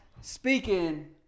speaking